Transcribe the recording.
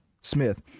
Smith